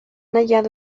hallado